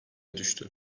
düştü